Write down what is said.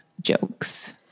jokes